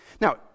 Now